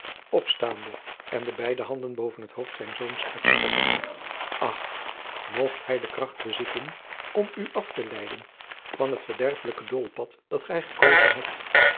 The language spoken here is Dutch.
opstaande en de beide handen boven het hoofd zijns zoons uitstrekkende ach mocht hij de kracht bezitten om u af te leiden van het verjacob van lennep de pleegzoon derfelijke doolpad dat gij gekozen hebt